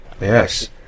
Yes